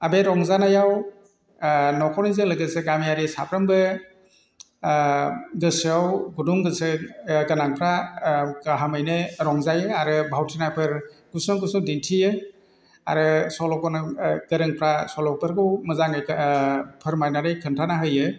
आर बे रंजानायाव न'खरनिजों लोगोसे गामियारि साफ्रोमबो गोसोआव गुदुं गोसो गोनांफ्रा गाहामैनो रंजायो आरो भावथिनाफोर गुसुं गुसुं दिन्थियो आरो सल' गोनां गोरोंफ्रा सल'फोरखौ मोजाङै फोरमायनानै खोन्थानानै होयो